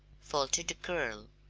faltered the girl.